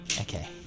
Okay